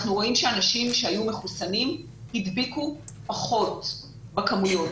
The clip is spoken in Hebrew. אנחנו רואים שאנשים שהיו מחוסנים הדביקו פחות בכמויות.